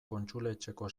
kontsuletxeko